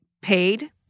paid